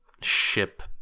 ship